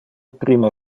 primo